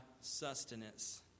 sustenance